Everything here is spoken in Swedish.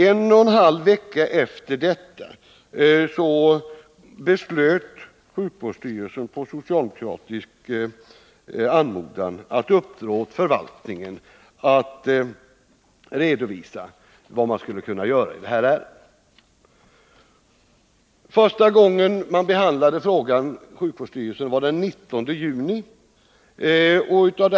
En och en halv vecka därefter beslöt sjukvårdsstyrelsen på socialdemokratiskt förslag att uppdra åt förvaltningen att redovisa vad man skulle kunna göra i detta ärende. Första gången man behandlade frågan i sjukvårdsstyrelsen var den 19 juni 1979.